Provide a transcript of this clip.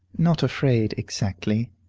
not afraid, exactly.